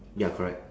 ya correct